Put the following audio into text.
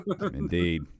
Indeed